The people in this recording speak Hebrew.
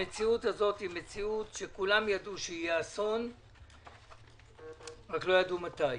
המציאות היא שכולם ידעו שיהיה אסון רק לא ידעו מתי,